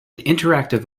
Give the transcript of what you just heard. interactive